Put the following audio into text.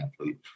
athlete